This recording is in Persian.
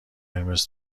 قرمز